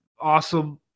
awesome